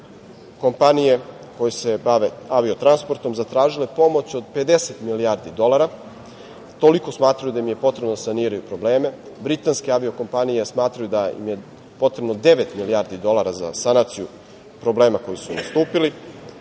kompanije koje se bave avio transportom zatražili pomoć od 50 milijardi dolara, toliko smatraju da im je potrebno da saniraju probleme. Britanske avio-kompanije smatraju da im je potrebno devet milijardi dolara za sanaciju problema koji su nastupili.